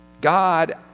God